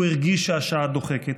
הוא הרגיש שהשעה דוחקת,